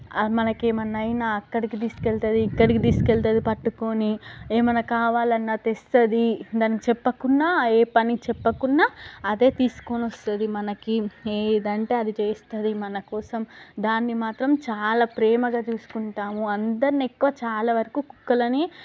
అది మనకేమైనా అయినా అక్కడికి తీసుకెళుతుంది ఇక్కడికి తీసుకెళుతుంది పట్టుకొని ఏమైనా కావాలన్నా తెస్తుంది దానికి చెప్పకున్నా ఏ పని చెప్పకున్నా అదే తీసుకొని వస్తుంది మనకి ఏంటంటే అది చేస్తుంది మనకోసం దాన్ని మాత్రం చాలా ప్రేమగా చూసుకుంటాము అందరినీ ఎక్కువ చాలా వరకు కుక్కలనే